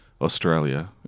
Australia